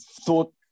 thought